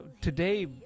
today